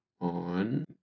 on